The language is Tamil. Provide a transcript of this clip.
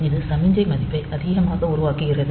இது சமிக்ஞை மதிப்பை அதிகமாக உருவாக்குகிறது